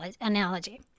analogy